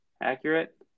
accurate